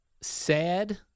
sad